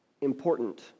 important